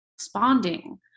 responding